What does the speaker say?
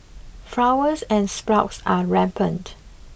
flowers and sprouts are rampant